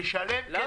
נשלם כסף ונדע.